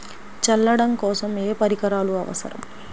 చల్లడం కోసం ఏ పరికరాలు అవసరం?